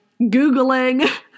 Googling